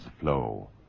flow